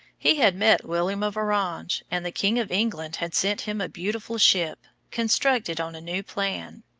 he had met william of orange, and the king of england had sent him a beautiful ship, constructed on a new plan.